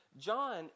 John